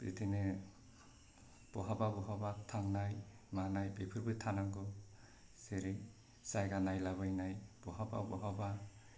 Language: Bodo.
बिदिनो बहाबा बहाबा थांनाय मानाय बेफोरबो थानांगौ जेरै जायगा नायलाबायनाय बहाबा बहाबा